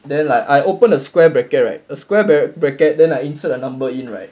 then like I open a square bracket right the square bracket then I insert a number in right